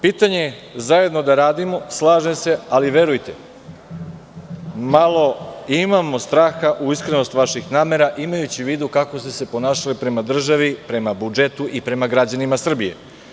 Pitanje zajedno da radimo, slažem se ali, verujte, malo imamo straha u iskrenost vaših namera, imajući u vidu kako ste se ponašali prema državi, prema budžetu i prema građanima Srbije.